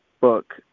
book